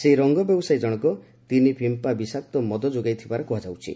ସେହି ରଙ୍ଗ ବ୍ୟବସାୟୀ ଜଣକ ତିନି ପିମ୍ପା ବିଶାକ୍ତ ମଦ ଯୋଗାଇ ଥିବାର କୁହାଯାଉଛି